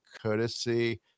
courtesy